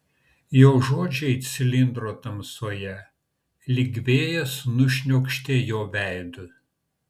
jo žodžiai cilindro tamsoje lyg vėjas nušniokštė jo veidu